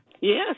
Yes